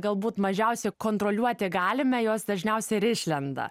galbūt mažiausiai kontroliuoti galime jos dažniausiai ir išlenda